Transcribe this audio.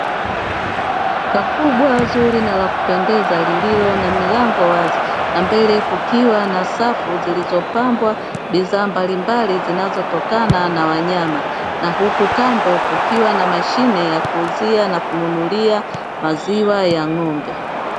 Duka kubwa zuri na la kupendeza lililo na milango wazi na mbele kukiwa na safu zilizopambwa bidhaa mbalimbali, zinazotokana na wanyama na huku kando kukiwa na mashine ya kuuzia na kununulia maziwa ya ng’ombe.